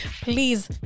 please